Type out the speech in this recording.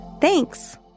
Thanks